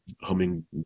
humming